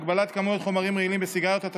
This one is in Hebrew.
הגבלת כמויות חומרים רעילים בסיגריות),